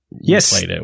yes